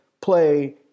play